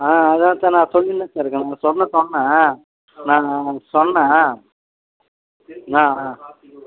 ஆ அதான் சார் நான் சொல்லின்னு தான் சார் இருக்கேன் ம் சொன்னது சொன்னேன் நான் சொன்னேன் நான்